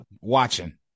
watching